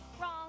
Wrong